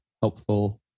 helpful